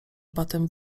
batem